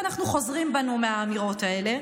ואנחנו חוזרים בנו מהאמירות האלה.